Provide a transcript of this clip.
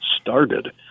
started